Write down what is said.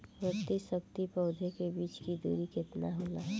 प्रति पंक्ति पौधे के बीच की दूरी केतना होला?